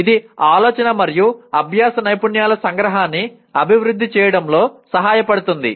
ఇది ఆలోచన మరియు అభ్యాస నైపుణ్యాల సంగ్రహాన్ని అభివృద్ధి చేయడంలో సహాయపడుతుంది